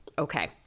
Okay